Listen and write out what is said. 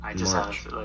March